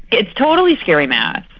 it's totally scary math.